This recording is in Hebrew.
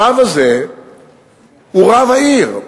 הרב הזה הוא רב העיר,